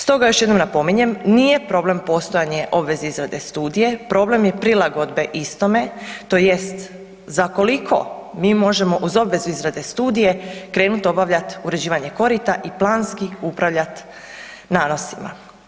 Stoga još jednom napominjem, nije problem postojanje obveze izrade studije, problem je prilagodbe istome tj. za koliko mi možemo uz obvezu izrade studije krenut obavljat uređivanje korita i planski upravljat nanosima.